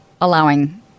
allowing